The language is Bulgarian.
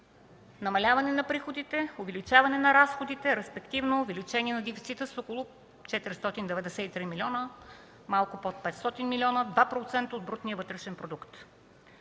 –намаляване на приходите, увеличаване на разходите, респективно увеличение на дефицита с около 493 млн. лв. – малко под 500 млн. лв., 2% от брутния вътрешен продукт.